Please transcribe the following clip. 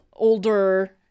older